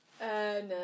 No